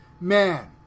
Man